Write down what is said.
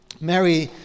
Mary